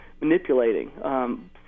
manipulating